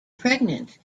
pregnant